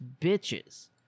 bitches